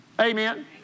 Amen